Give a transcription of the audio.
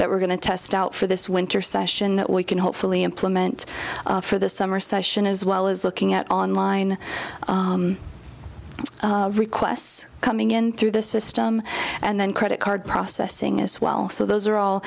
that we're going to test out for this winter session that we can hopefully implement for the summer session as well as looking at online requests coming in through the system and then credit card processing as well so those are all